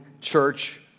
church